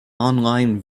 online